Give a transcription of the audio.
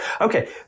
Okay